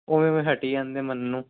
ਓਵੇਂ ਓਵੇਂ ਹਟੀ ਜਾਂਦੇ ਮੰਨਣ ਨੂੰ